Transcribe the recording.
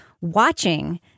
watching